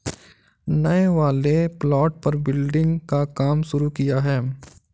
नए वाले प्लॉट पर बिल्डिंग का काम शुरू किया है